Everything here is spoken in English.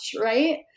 Right